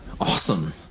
Awesome